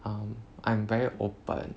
um I'm very open